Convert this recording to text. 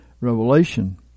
Revelation